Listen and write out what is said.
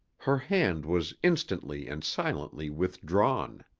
her hand was instantly and silently withdrawn.